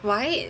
white